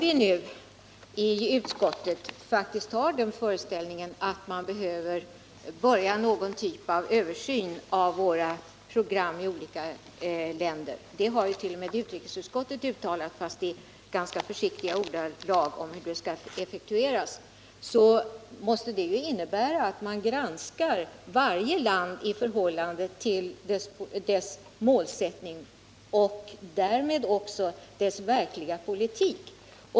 Om vi i utskottet faktiskt har den föreställningen att man behöver börja med någon typ av översyn av våra program i olika länder — det har t.o.m. utrikesutskottet uttalat, fast i ganska försiktiga ordalag om hur den skall effektueras — måste det innebära att man granskar varje land i förhållande till dess målsättning, och därmed också dess verkliga politik.